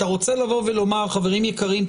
אתה רוצה לומר: חברים יקרים,